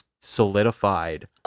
solidified